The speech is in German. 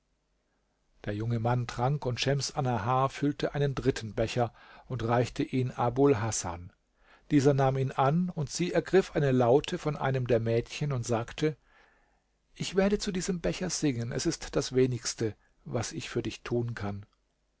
der junge mann trank und schems annahar füllte einen dritten becher und reichte ihn abul hasan dieser nahm ihn an und sie ergriff eine laute von einem der mädchen und sagte ich werde zu diesem becher singen es ist das wenigste was ich für dich tun kann